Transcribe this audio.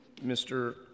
Mr